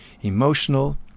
emotional